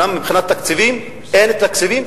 אומנם מבחינה תקציבית אין תקציבים,